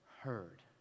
heard